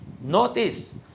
notice